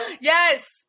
Yes